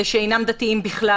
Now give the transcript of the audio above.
לשאינם דתיים בכלל.